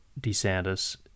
DeSantis